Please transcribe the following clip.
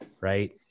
right